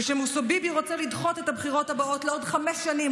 ושמוסוביבי רוצה לדחות את הבחירות הבאות לעוד חמש שנים,